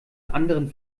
anderen